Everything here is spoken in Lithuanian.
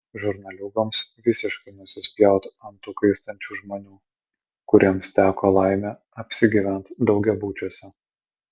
žurnaliūgoms visiškai nusispjaut ant tų kaistančių žmonių kuriems teko laimė apsigyvent daugiabučiuose